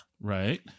Right